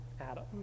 Adam